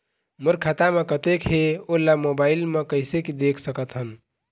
मोर खाता म कतेक हे ओला मोबाइल म कइसे देख सकत हन?